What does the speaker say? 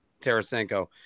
Tarasenko